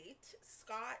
Scott